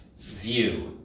view